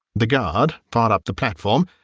the guard, far up the platform,